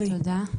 נטע, תודה.